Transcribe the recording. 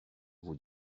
vous